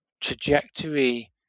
trajectory